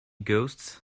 ghosts